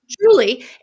truly